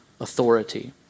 authority